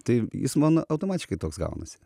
tai jis man automatiškai toks gaunas